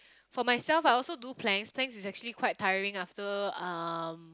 for myself I also do planks planks is actually quite tiring after um